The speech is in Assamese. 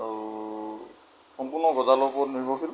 আৰু সম্পূৰ্ণ গজালৰ ওপৰত নিৰ্ভৰশীল